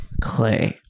Clay